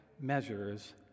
measures